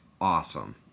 awesome